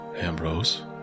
Ambrose